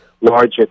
larger